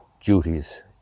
duties